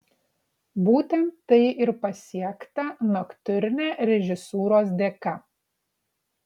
būtent tai ir pasiekta noktiurne režisūros dėka